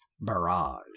barrage